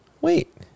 Wait